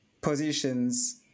positions